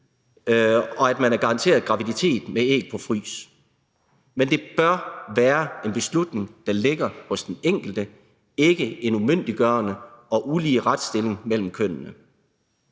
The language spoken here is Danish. og at man er garanteret en graviditet med æg på frys, men det bør være en beslutning, der ligger hos den enkelte, og ikke en umyndiggørende og ulige retsstilling mellem kønnene.